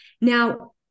now